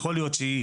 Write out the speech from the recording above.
יכול להיות שהיא